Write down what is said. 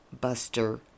Buster